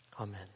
Amen